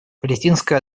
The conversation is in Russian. палестинская